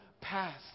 past